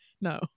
No